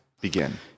begin